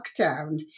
lockdown